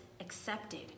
accepted